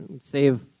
Save